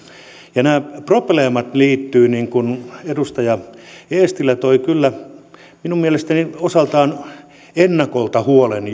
ja nämä probleemat liittyvät siihen niin kuin edustaja eestilä toi kyllä minun mielestäni osaltaan jo ennakolta esille huolen